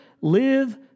live